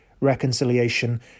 reconciliation